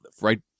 right